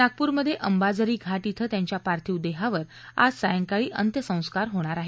नागपूरमध्ये अंबाझरी घाट इथं त्यांच्या पार्थिव देहावर आज सायकाळी अत्यसस्कार होणार आहेत